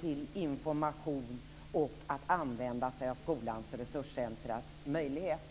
till information och att använda sig av skolans och resurscentrumets möjligheter.